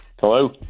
Hello